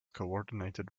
coordinated